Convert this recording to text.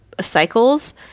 cycles